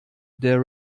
der